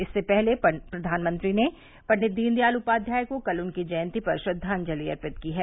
इससे पहले प्रधानमंत्री ने पंडित दीनदयाल उपाध्याय को कल उनकी जयंती पर श्रद्वांजलि अर्पित की हैं